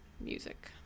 music